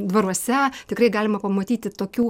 dvaruose tikrai galima pamatyti tokių